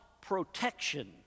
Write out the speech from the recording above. protection